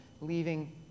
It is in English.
leaving